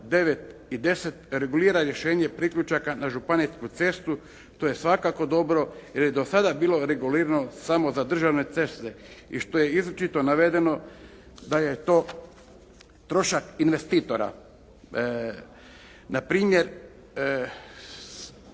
9. i 10. regulira rješenje priključaka na županijsku cestu. To je svakako dobro jer je do sada bilo regulirano samo za državne ceste i što je izričito navedeno da je to trošak investitora. Na primjer,